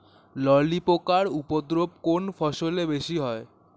ললি পোকার উপদ্রব কোন ফসলে বেশি হয়?